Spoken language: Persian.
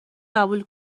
قبول